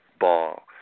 ball